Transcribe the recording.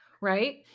Right